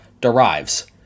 derives